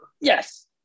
Yes